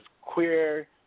queer